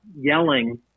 yelling